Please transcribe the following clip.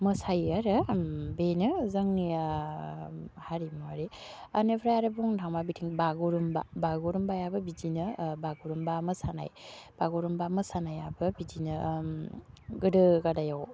मोसायो आरो बेनो जोंनिया हारिमुवारि बेनिफ्राय आरो बुंनो थांबा बिथिं बागुरुम्बा बागुरुम्बायाबो बिदिनो बागुरुम्बा मोसानाय बागुरुम्बा मोसानायाबो बिदिनो गोदो गादायाव